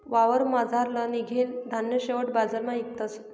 वावरमझारलं निंघेल धान्य शेवट बजारमा इकतस